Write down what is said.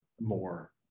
more